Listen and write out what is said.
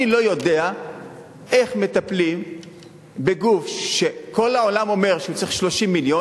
אני לא יודע איך מטפלים בגוף שכל העולם אומר שהוא צריך 30 מיליון,